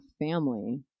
family